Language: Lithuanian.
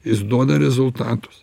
jis duoda rezultatus